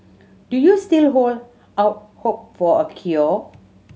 do you still hold out hope for a cure